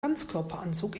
ganzkörperanzug